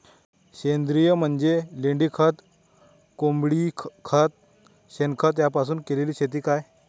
सेंद्रिय म्हणजे लेंडीखत, कोंबडीखत, शेणखत यापासून केलेली शेती का?